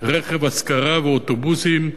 רכב השכרה ואוטובוסים),